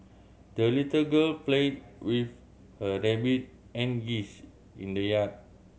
the little girl played with her rabbit and geese in the yard